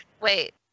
Wait